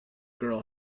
girl